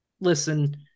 listen